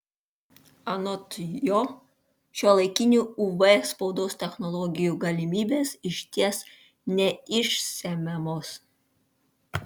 anot jo šiuolaikinių uv spaudos technologijų galimybės išties neišsemiamos